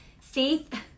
faith